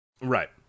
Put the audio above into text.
Right